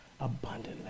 abundantly